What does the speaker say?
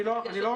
אני לא אומר.